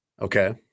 Okay